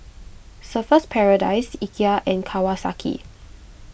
Surfer's Paradise Ikea and Kawasaki